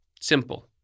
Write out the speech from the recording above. Simple